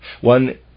One